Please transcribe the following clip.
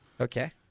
Okay